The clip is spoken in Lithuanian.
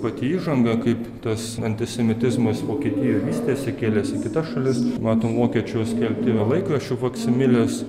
pati įžanga kaip tas antisemitizmas vokietijoj vystėsi kėlės į kitas šalis matom vokiečių skelbti va laikraščių faksimilės